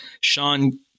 Sean